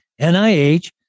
NIH